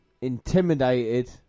intimidated